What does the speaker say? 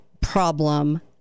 problem